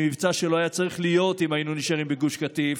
במבצע שלא היה צריך להיות אם היינו נשארים בגוש קטיף.